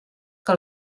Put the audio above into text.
que